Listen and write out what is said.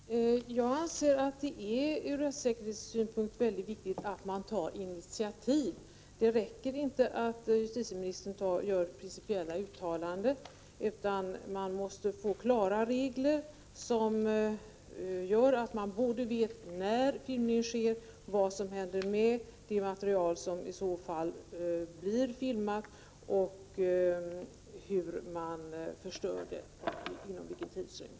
Herr talman! Jag anser att det ur rättssäkerhetssynpunkt är mycket viktigt att man tar initiativ. Det räcker inte att justitieministern gör principiella uttalanden, utan vi måste få klara regler som gör att man vet när filmning sker, vad som i så fall händer med det filmade materialet, hur man förstör det och inom vilken tidrymd.